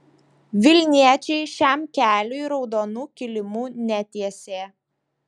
vilniečiai šiam keliui raudonų kilimų netiesė